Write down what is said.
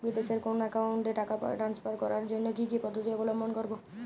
বিদেশের কোনো অ্যাকাউন্টে টাকা ট্রান্সফার করার জন্য কী কী পদ্ধতি অবলম্বন করব?